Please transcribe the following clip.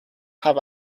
have